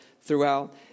throughout